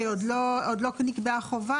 כי עוד לא נקבעה חובה,